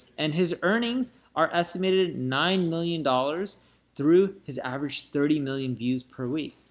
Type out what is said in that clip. and his earnings are estimated at nine million dollars through his average thirty million views per week.